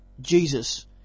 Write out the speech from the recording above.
Jesus